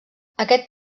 aquest